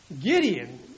Gideon